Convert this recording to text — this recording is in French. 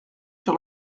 sur